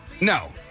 No